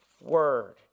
word